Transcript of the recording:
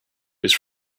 his